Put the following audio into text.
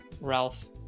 Ralph